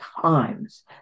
times